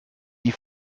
die